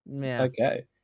Okay